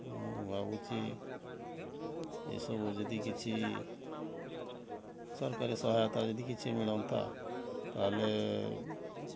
ମୁଁ ଭାବୁଛି ଏ ସବୁ ଯଦି କିଛି ସରକାରୀ ସହାୟତା ଯଦି କିଛି ମିଳନ୍ତା ତା'ହେଲେ